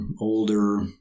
older